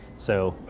so